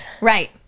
Right